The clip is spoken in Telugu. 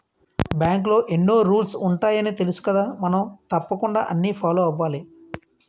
బాంకులో ఎన్నో రూల్సు ఉంటాయని తెలుసుకదా మనం తప్పకుండా అన్నీ ఫాలో అవ్వాలి